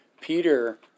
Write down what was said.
Peter